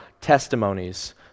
testimonies